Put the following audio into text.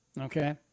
Okay